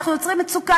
אנחנו יוצרים מצוקה,